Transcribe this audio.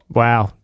wow